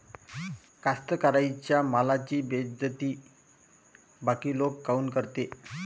कास्तकाराइच्या मालाची बेइज्जती बाकी लोक काऊन करते?